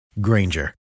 Granger